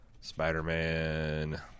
spider-man